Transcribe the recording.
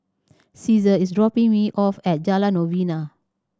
Ceasar is dropping me off at Jalan Novena